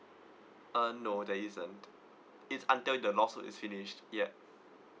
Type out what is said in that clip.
uh no that isn't it's until the lawsuit is finished ya